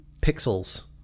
pixels